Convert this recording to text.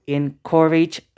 encourage